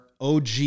OG